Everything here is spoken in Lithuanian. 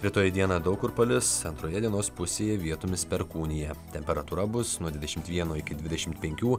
rytoj dieną daug kur palis antroje dienos pusėje vietomis perkūnija temperatūra bus nuo dvidešimt vieno iki dvidešimt penkių